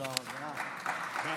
חברי הכנסת,